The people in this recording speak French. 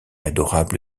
adorable